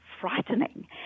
frightening